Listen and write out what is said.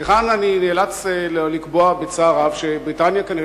וכאן אני נאלץ לקבוע בצער רב שבריטניה כנראה